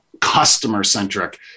customer-centric